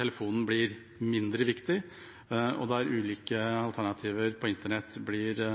telefonen blir mindre viktig, og det er ulike alternativer på internett som blir